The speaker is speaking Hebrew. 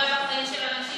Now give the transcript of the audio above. כי זה נוגע בחיים של אנשים.